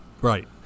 Right